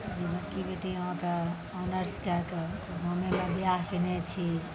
बड़की बेटी ऑनर्स कए कऽ गाँवेमे बियाह कयने छी